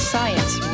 Science